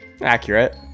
Accurate